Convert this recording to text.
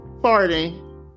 farting